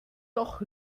doch